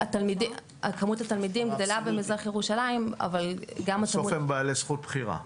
כמו התלמידים גדלה במזרח ירושלים בסוף הם בעלי זכות בחירה.